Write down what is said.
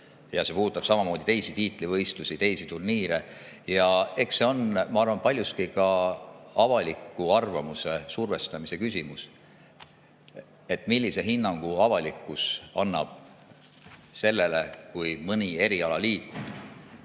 Ja see puudutab samamoodi teisi tiitlivõistlusi, teisi turniire. Eks see on, ma arvan, paljuski avaliku arvamuse survestamise küsimus: millise hinnangu avalikkus annab sellele, kui mõni erialaliit,